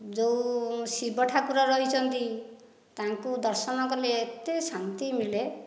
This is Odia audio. ଯେଉଁ ଶିବ ଠାକୁର ରହିଛନ୍ତି ତାଙ୍କୁ ଦର୍ଶନ କଲେ ଏତେ ଶାନ୍ତି ମିଳେ